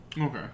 okay